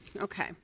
okay